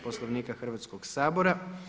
Poslovnika Hrvatskog sabora.